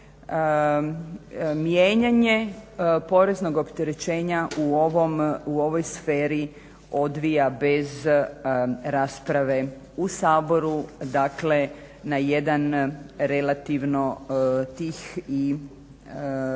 mijenjanje poreznog opterećenja u ovoj sferi odvija bez rasprave u Saboru, dakle na jedan relativno tih i